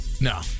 No